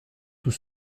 tout